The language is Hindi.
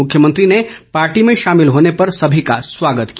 मुख्यमंत्री ने पार्टी में शामिल होने पर सभी का स्वागत किया